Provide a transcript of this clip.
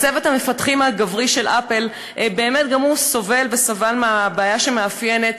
אז צוות המפתחים הגברי של "אפל" גם הוא סובל וסבל מהבעיה שמאפיינת